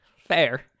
fair